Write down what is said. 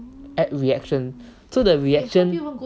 add reactions so the reactions